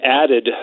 added